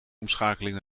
omschakeling